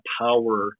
power